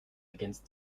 against